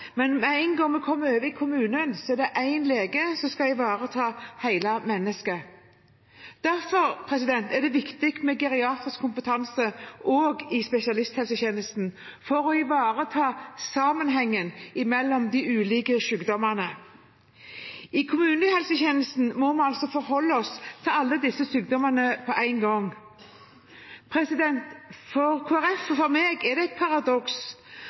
men med en gang vi kommer over i kommunen, er det én lege som skal ivareta hele mennesket. Derfor er det viktig med geriatrisk kompetanse også i spesialisthelsetjenesten for å ivareta sammenhengen mellom de ulike sykdommene. I kommunehelsetjenesten må vi altså forholde oss til alle disse sykdommene på en gang. For Kristelig Folkeparti og for meg er det et paradoks